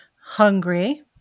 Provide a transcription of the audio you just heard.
hungry